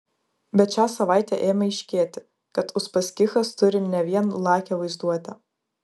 bet šią savaitę ėmė aiškėti kad uspaskichas turi ne vien lakią vaizduotę